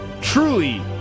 Truly